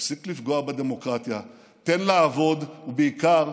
תפסיק לפגוע בדמוקרטיה, תן לעבוד, ובעיקר,